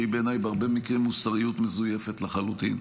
שהיא בעיניי בהרבה מקרים מוסריות מזויפת לחלוטין.